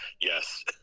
Yes